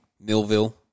Millville